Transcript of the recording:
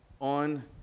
on